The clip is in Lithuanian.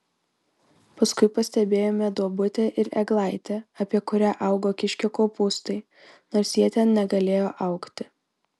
paskui pastebėjome duobutę ir eglaitę apie kurią augo kiškio kopūstai nors jie ten negalėjo augti